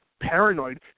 paranoid